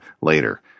later